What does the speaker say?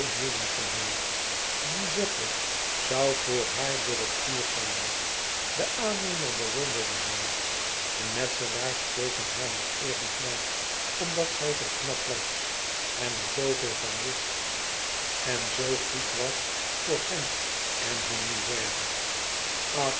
hielden van haar giuseppe zoû e ids aargang voor haar door het vuur gaan die aannemer bewonderde haar de metselaars keken haar met eerbied na omdat zij zoo knap was en er zooveel van wist en zoo goed was voor hen en hun misère